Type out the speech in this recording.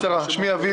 אביב,